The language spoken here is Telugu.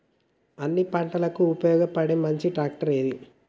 అన్ని పంటలకు ఉపయోగపడే మంచి ట్రాక్టర్ ఏది?